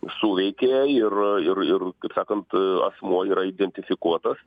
sulaikė ir ir ir sakant asmuo yra identifikuotas